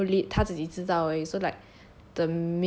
only the female lead 她自己知道而已 so like